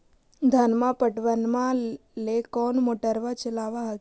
धनमा पटबनमा ले कौन मोटरबा चलाबा हखिन?